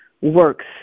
works